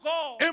God